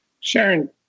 Sharon